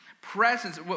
presence